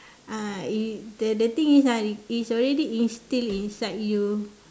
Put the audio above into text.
uh it the the thing is ah is already instill inside you